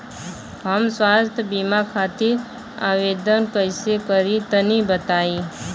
हम स्वास्थ्य बीमा खातिर आवेदन कइसे करि तनि बताई?